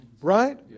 right